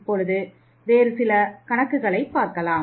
இப்பொழுது சில வேறுபட்ட கணக்குகளை பார்க்கலாம்